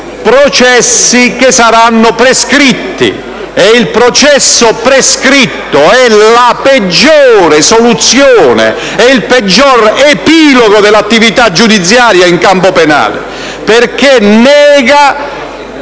processi prescritti. E il processo prescritto è la peggiore soluzione, il peggior epilogo dell'attività giudiziaria in campo penale, perché nega